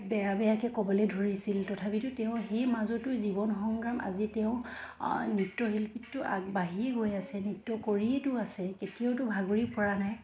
বেয়া বেয়াকৈ ক'বলৈ ধৰিছিল তথাপিতো তেওঁ সেই মাজতো জীৱন সংগ্ৰাম আজি তেওঁ নৃত্যশিল্পীতটো আগবাঢ়িয়ে গৈ আছে নৃত্য কৰিয়েইটো আছে কেতিয়াওতো ভাগৰি পৰা নাই